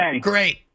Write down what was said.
Great